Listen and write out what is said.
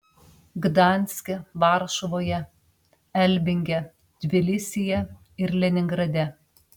gdanske varšuvoje elbinge tbilisyje ir leningrade